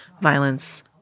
violence